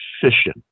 fission